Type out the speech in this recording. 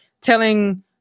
Telling